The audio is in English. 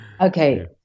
Okay